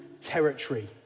territory